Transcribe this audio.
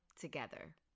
together